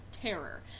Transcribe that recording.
terror